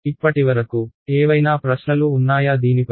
ఇప్పటివరకు ఏవైనా ప్రశ్నలు ఉన్నాయా దీనిపై